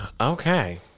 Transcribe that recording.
Okay